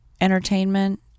entertainment